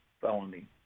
felony